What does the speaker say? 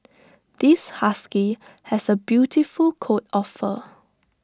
this husky has A beautiful coat of fur